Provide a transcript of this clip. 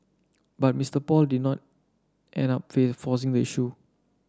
but Mister Paul did not end up forcing the issue